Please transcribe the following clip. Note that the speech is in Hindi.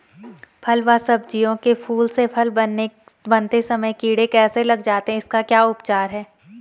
फ़ल व सब्जियों के फूल से फल बनते समय कीड़े कैसे लग जाते हैं इसका क्या उपचार है?